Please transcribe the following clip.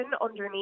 underneath